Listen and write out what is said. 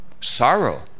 sorrow